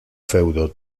feudo